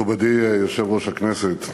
מכובדי יושב-ראש הכנסת,